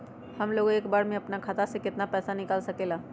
हमलोग एक बार में अपना खाता से केतना पैसा निकाल सकेला?